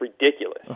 ridiculous